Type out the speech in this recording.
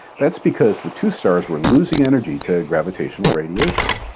that's because the two stars were losing energy to gravitational radiation.